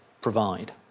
provide